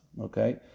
Okay